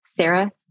Sarah